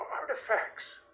Artifacts